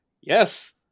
yes